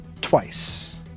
twice